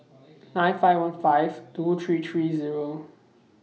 nine five one five two three three Zero